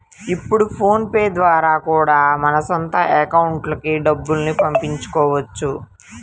ఇప్పుడు ఫోన్ పే ద్వారా కూడా మన సొంత అకౌంట్లకి డబ్బుల్ని పంపించుకోవచ్చు